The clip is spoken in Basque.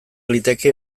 liteke